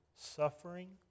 suffering